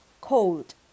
Cold